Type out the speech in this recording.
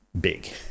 big